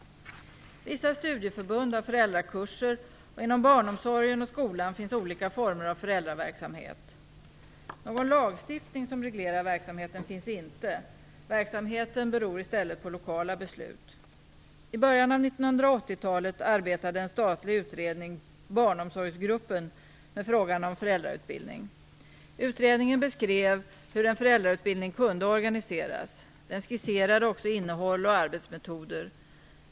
Vissa studieförbund har föräldrakurser, och inom barnomsorgen och skolan finns olika former av föräldraverksamhet. Någon lagstiftning som reglerar verksamheten finns inte. Verksamheten beror i stället på lokala beslut. I början av 1980-talet arbetade en statlig utredning - Barnomsorgsgruppen - med frågan om föräldrautbildning. Utredningen beskrev hur en föräldrautbildning kunde organiseras. Den skisserade också innehåll och arbetsmetoder.